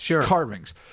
carvings